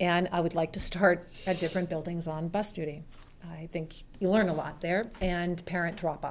and i would like to start at different buildings on besting i think you learn a lot there and parent drop